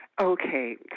Okay